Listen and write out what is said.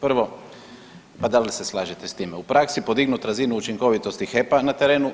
Prvo, pa da li se slažete s time u praksi podignuti razinu učinkovitosti HEP-a na terenu?